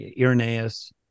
Irenaeus